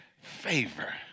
favor